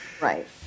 Right